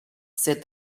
said